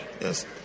Yes